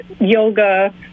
yoga